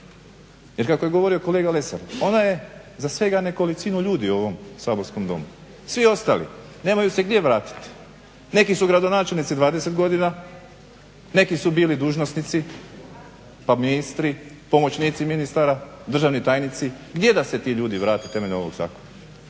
Jer kako je govorio kolega Lesar ona je za svega nekolicinu ljudi u ovom saborskom Domu. Svi ostali nemaju se gdje vratiti, neki su gradonačelnici 20 godina, neki su bili dužnosnici pa ministri, pomoćnici ministara, državni tajnici, gdje da se ti ljudi vrate temeljem ovog zakona?